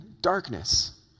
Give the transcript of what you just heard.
darkness